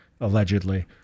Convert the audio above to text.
allegedly